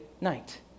night